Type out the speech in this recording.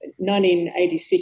1986